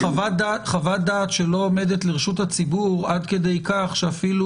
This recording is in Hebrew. חוות דעת שלא עומדת לרשות הציבור עד כדי כך שאפילו